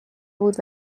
بود